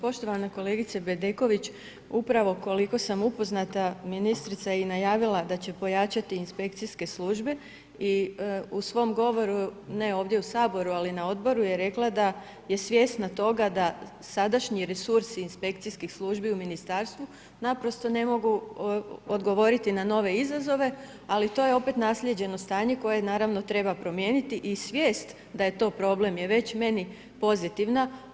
Poštovana kolegice Bedeković, upravo koliko sam upoznata, ministrica je najavila, da će pojačati inspekcijske službe i u svom govoru, ne ovdje u Saboru, ali na odboru je rekla, da je svjesna toga, da sadašnji resursi inspekcijskih službi u ministarstvu, naprosto ne mogu odgovoriti na nove izazove, ali to je opet naslijeđeno stanje, koje naravno, treba promijeniti i svijest da je to problem, je već meni pozitivna.